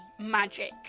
magic